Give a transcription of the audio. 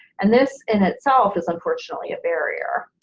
and this in itself is unfortunately a barrier.